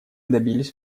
добились